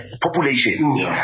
population